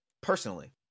Personally